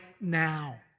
now